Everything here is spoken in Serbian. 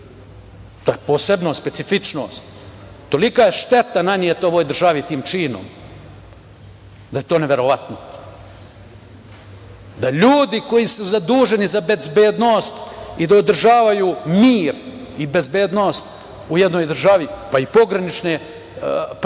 To je posebno, specifično. Tolika je šteta naneta ovoj državi tim činom da je to neverovatno. Ljudi koji su zaduženi za bezbednost i da održavaju mir i bezbednost u jednoj državi, pa i pogranične prelaze,